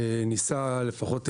ניסה לפחות לברר,